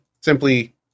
simply